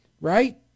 right